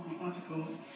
articles